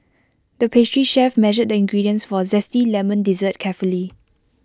the pastry chef measured the ingredients for A Zesty Lemon Dessert carefully